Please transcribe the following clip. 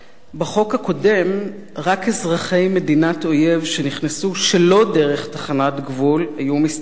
בחוק הקודם רק אזרחי מדינת אויב שנכנסו שלא דרך תחנת גבול היו מסתננים,